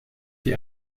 die